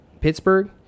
Pittsburgh